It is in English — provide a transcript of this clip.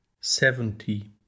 seventy